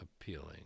appealing